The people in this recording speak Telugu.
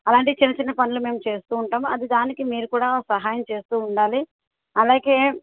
అలాంటి చిన్న చిన్న పనులు మేము చేస్తు ఉంటాం అది దానికి మీరు కూడా సహాయం చేస్తు ఉండాలి అలాగే